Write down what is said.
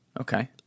Okay